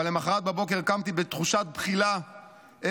אבל למוחרת בבוקר קמתי בתחושת בחילה קשה,